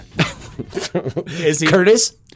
Curtis